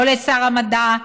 לא לשר המדע,